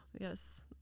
yes